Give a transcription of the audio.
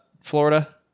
Florida